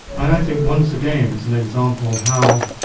i think once again it's an example of how